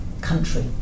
country